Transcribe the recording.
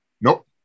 Nope